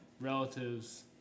relatives